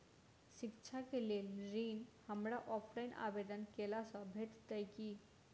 शिक्षा केँ लेल ऋण, हमरा ऑफलाइन आवेदन कैला सँ भेटतय की?